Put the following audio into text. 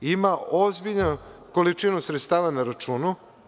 Ima ozbiljnu količinu sredstava na računu.